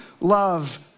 love